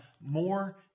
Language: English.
more